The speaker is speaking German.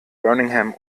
birmingham